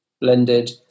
blended